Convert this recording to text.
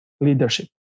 leadership